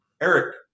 Eric